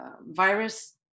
virus